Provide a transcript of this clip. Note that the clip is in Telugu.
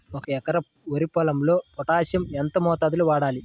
ఒక ఎకరా వరి పొలంలో పోటాషియం ఎంత మోతాదులో వాడాలి?